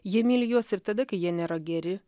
jie myli juos ir tada kai jie nėra geri